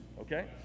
okay